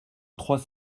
trois